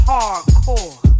Hardcore